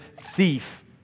thief